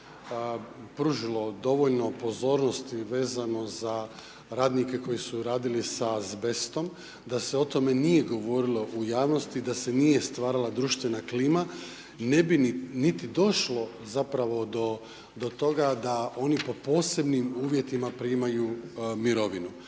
pružilo dovoljno pozornosti vezano za radnike koji su radili s azbestom, da se o tome nije govorilo u javnosti, da se nije stvarala društvena klima ne bi niti došlo zapravo do toga da oni po posebnim uvjetima primaju mirovinu.